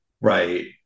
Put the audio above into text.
Right